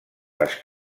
les